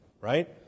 right